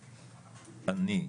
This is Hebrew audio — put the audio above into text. אני,